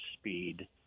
speed